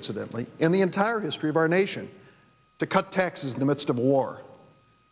incidentally in the entire history of our nation to cut taxes in the midst of war